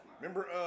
Remember